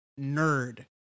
Nerd